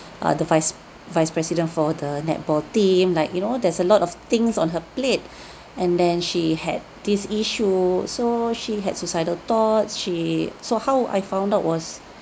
uh the vice vice president for the netball team like you know there's a lot of things on her plate and then she had this issue so she had suicidal thoughts she so how I found out was